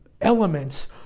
elements